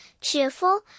cheerful